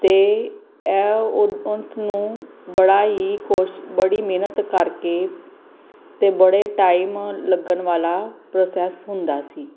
ਅਤੇ ਇਹ ਉਹ ਉਸ ਨੂੰ ਬੜਾ ਹੀ ਕੁਛ ਬੜੀ ਮਿਹਨਤ ਕਰਕੇ ਅਤੇ ਬੜੇ ਟਾਈਮ ਲੱਗਣ ਵਾਲਾ ਪ੍ਰੋਸੈਸ ਹੁੰਦਾ ਸੀ